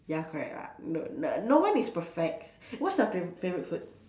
ya correct lah no no no one is perfect what's your favouri~ favourite food